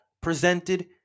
presented